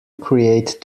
create